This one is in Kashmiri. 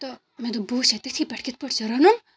تہٕ مےٚ دوٚپ بہٕ وٕچھا تٔتھی پٮ۪ٹھ کِتھ پٲٹھۍ چھِ رَنُن